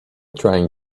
trying